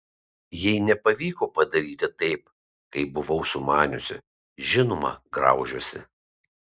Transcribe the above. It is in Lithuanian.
jei nepavyko padaryti taip kaip buvau sumaniusi žinoma graužiuosi